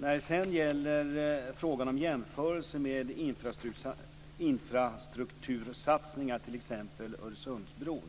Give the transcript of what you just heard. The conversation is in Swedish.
När det sedan gäller jämförelser med infrastruktursatsningar, t.ex. Öresundsbron,